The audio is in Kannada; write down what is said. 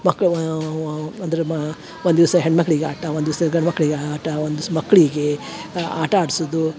ಮಕ್ಳು ವ ವ ಅಂದ್ರ ಮಾ ಒಂದು ದಿವಸ ಹೆಣ್ಮಕ್ಕಳಿಗೆ ಆಟ ಒಂದು ದಿವಸ ಗಂಡ್ಮಕ್ಕಳಿಗೆ ಆಟ ಒಂದು ದಿವ್ಸ ಮಕ್ಕಳಿಗೆ ಆಟ ಆಡ್ಸುದು